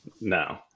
no